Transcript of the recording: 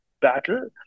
battle